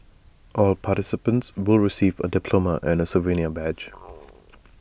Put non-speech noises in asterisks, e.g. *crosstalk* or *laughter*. all participants will receive A diploma and souvenir badge *noise*